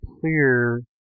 clear